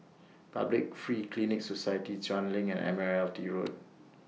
Public Free Clinic Society Chuan LINK and Admiralty Road